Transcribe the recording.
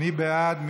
מי בעד?